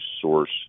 source